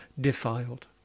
defiled